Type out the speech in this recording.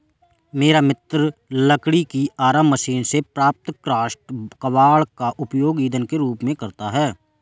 मेरा मित्र लकड़ी की आरा मशीन से प्राप्त काष्ठ कबाड़ का उपयोग ईंधन के रूप में करता है